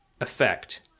effect